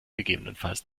gegebenenfalls